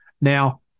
Now